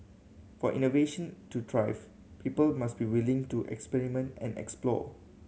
for innovation to thrive people must be willing to experiment and explore